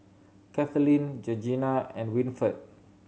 Kathaleen Georgeanna and Winford